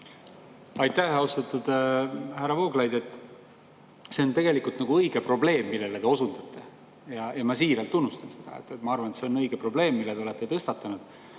Aitäh! Austatud härra Vooglaid! See on tegelikult õige probleem, millele te osundate. Ma siiralt tunnustan seda. Ma arvan, et see on õige probleem, mille te olete tõstatanud.